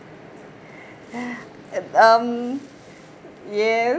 ya um yes